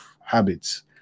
habits